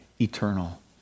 eternal